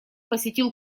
посетил